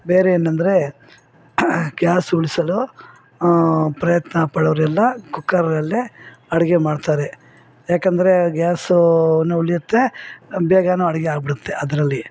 ಬೇರೆ ಏನಂದರೆ ಗ್ಯಾಸ್ ಉಳಿಸಲು ಪ್ರಯತ್ನ ಪಡೋರೆಲ್ಲ ಕುಕ್ಕರಲ್ಲೇ ಅಡಿಗೆ ಮಾಡ್ತಾರೆ ಯಾಕದರೆ ಗ್ಯಾಸುನು ಉಳಿಯುತ್ತೆ ಬೇಗ ಅಡಿಗೆ ಆಗಿಬಿಡುತ್ತೆ ಅದರಲ್ಲಿ